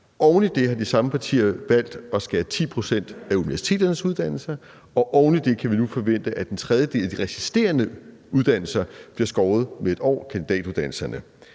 Oven i det har de samme partier jo valgt at skære 10 pct. af universiteternes uddannelser, og desuden kan vi nu forvente, at en tredjedel af de resterende kandidatuddannelser bliver skåret med et år. Derudover